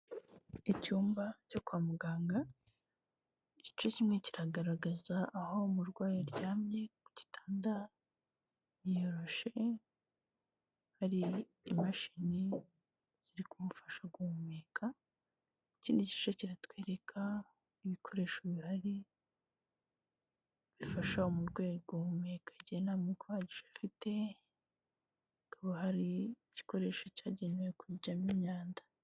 Icyumba cyo kwa muganga, igice kimwe kiragaragaza aho umurwayi aryamye ku gitanda yiyoroshe, hari imashini ziri kumufasha guhumeka, ikindi gice kiratwereka ibikoresho bihari bifasha umurwayi guhumeka igihe nta mwuka uhagije afite, hakaba hari igikoresho cyagenewe kujyamo imyanda.